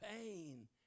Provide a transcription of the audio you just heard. pain